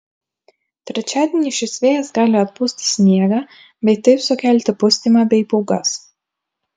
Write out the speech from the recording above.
trečiadienį šis vėjas gali atpūsti sniegą bei taip sukelti pustymą bei pūgas